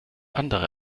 andere